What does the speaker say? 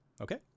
Okay